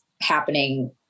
happening